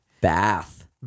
Bath